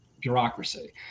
bureaucracy